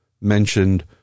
mentioned